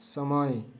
समय